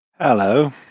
Hello